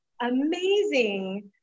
amazing